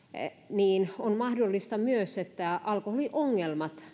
niin on mahdollista myös että alkoholiongelmat